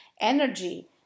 energy